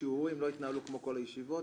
השיעורים לא התנהלו כמו כל הישיבות,